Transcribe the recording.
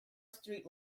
street